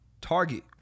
Target